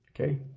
Okay